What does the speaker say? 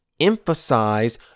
emphasize